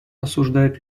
осуждает